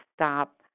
stop